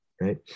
Right